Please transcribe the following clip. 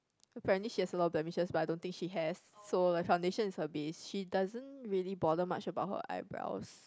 apparently she has a lot of blemishes but I don't think she has so like foundation is her base she doesn't really bother much about her eyebrows